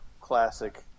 classic